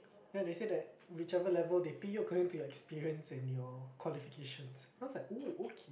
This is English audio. ya they say that whichever level they pick according to your experience and your qualifications then I was like oh okay